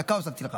דקה הוספתי לך.